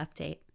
update